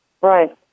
Right